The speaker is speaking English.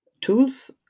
tools